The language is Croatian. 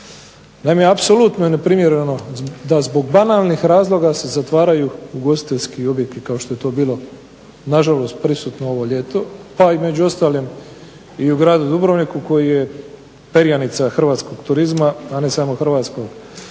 Naime apsolutno je neprimjereno da zbog banalnih razloga se zatvaraju ugostiteljski objekti kao što je to bilo nažalost prisutno ovo ljeto pa i među ostalim i u gradu Dubrovniku koji je perjanica hrvatskog turizma, a ne samo hrvatskog,